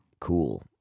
cool